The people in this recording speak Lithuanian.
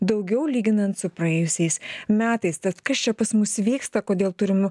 daugiau lyginant su praėjusiais metais tad kas čia pas mus vyksta kodėl turime